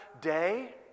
day